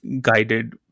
guided